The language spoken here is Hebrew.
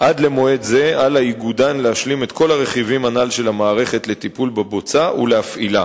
עזרא מה הם התוכניות ולוחות הזמנים לטיפול בבוצת השפד"ן: